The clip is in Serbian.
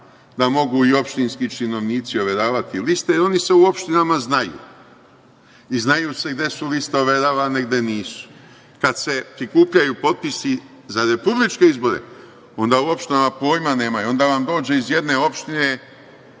da mogu i opštinski činovnici overavati liste, jer oni se u opštinama znaju i znaju se gde su liste overavane, gde nisu. Kad se prikupljaju potpisi za republičke izbore, onda u opštinama pojma nemaju. Onda vam dođe iz jedne opštine